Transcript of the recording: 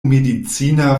medicina